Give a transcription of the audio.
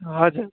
हजुर